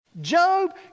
Job